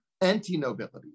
anti-nobility